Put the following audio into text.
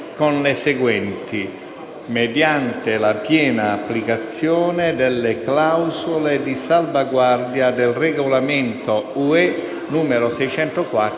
dalle seguenti: «mediante la piena applicazione delle clausole di salvaguardia del regolamento (UE) n.